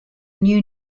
new